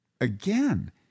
again